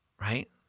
right